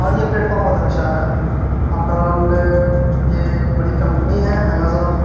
اور یہ پلیٹفام بہت اچھا ہے آفٹرآل یہ ایک بڑی کمپنی ہے ایمزون